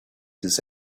this